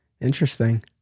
interesting